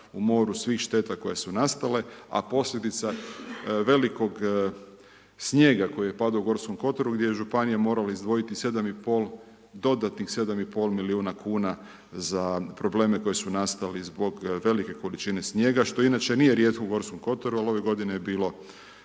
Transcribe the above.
u moru svih šteta koje su nastale a posljedica velikog snijega koji je padao u Gorskom kotaru gdje je županija morala izdvojiti 7,5 dodatnih 7,5 milijuna kuna za probleme koji su nastali zbog velike količine snijega što inače nije rijetko u Gorskom kotaru ali ove godine je bilo